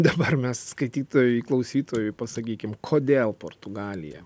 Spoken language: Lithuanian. dabar mes skaitytojui klausytojui pasakykim kodėl portugalija